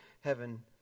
heaven